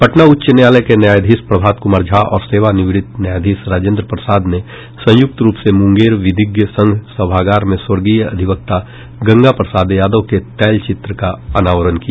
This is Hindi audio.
पटना उच्च न्यायालय के न्यायाधीश प्रभात कुमार झा और सेवानिवृत न्यायाधीश राजेन्द्र प्रसाद ने संयुक्त रूप से मुंगेर विधिज्ञ संघ सभागार में स्वर्गीय अधिवक्ता गंगा प्रसाद यादव के तैल चित्र का अनावरण किया